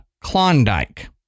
Klondike